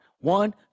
one